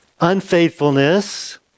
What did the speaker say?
unfaithfulness